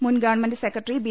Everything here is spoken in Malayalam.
മുൻഗവൺമെന്റ് സെക്രട്ടറി ബി